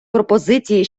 пропозиції